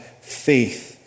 faith